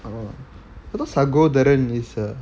I thought சகோதரன்:sakotharan is a